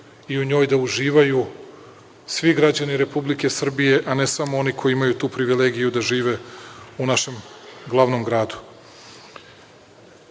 i u njoj da uživaju svi građani Republike Srbije, a ne samo oni koji imaju tu privilegiju da žive u našem glavnom gradu. Drugo,